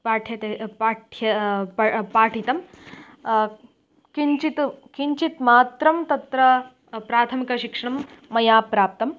पाठ्यते पाठ्यं पा पाठितम् किञ्चित् किञ्चित् मात्रं तत्र प्राथमिकशिक्षणं मया प्राप्तम्